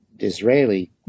israeli